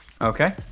Okay